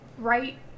right